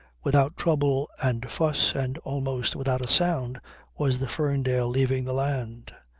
without trouble and fuss and almost without a sound was the ferndale leaving the land,